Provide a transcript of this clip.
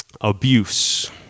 abuse